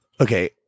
okay